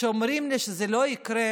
כשאומרים לי שזה לא יקרה